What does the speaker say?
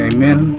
Amen